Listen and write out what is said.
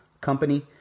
company